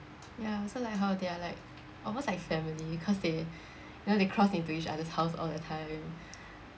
ya I also like how they are like almost like family cause they you know they cross into each other's house all the time